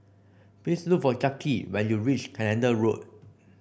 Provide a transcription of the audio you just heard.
please look for Jacki when you reach Canada Road